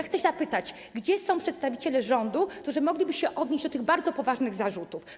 Chcę zapytać: Gdzie są przedstawiciele rządu, którzy mogliby się odnieść do tych bardzo poważnych zarzutów?